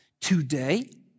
today